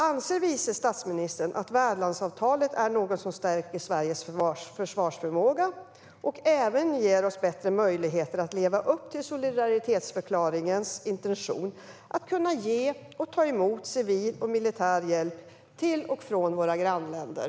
Anser vice statsministern att värdlandsavtalet är något som stärker Sveriges försvarsförmåga och även ger oss bättre möjligheter att leva upp till solidaritetsförklaringens intention att kunna ge och ta emot civil och militär hjälp till och från våra grannländer?